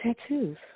tattoos